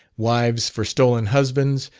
wives for stolen husbands,